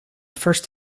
first